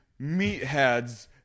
meatheads